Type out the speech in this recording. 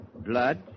Blood